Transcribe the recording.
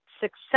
success